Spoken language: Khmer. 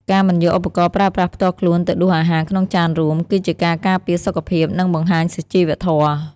ការមិនយកឧបករណ៍ប្រើប្រាស់ផ្ទាល់ខ្លួនទៅដួសអាហារក្នុងចានរួម គឺជាការការពារសុខភាព និងបង្ហាញសុជីវធម៌។